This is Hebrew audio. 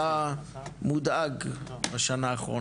כי אני זוכר אותך מודאג בשנה האחרונה,